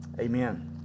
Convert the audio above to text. Amen